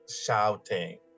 shouting